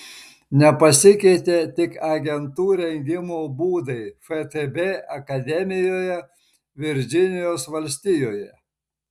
nepasikeitė tik agentų rengimo būdai ftb akademijoje virdžinijos valstijoje